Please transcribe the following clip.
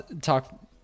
talk